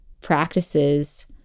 practices